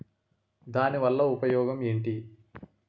దాని వల్ల ఉపయోగం ఎంటి?